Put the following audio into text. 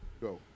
Go